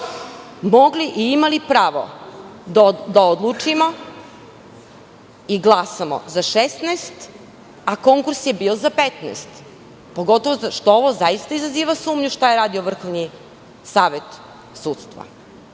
mogli i imali pravo da odlučimo i glasamo za 16 a konkurs je bio za 15, pogotovu što ovo zaista izaziva sumnju šta je radio Vrhovni savet sudstva. Znam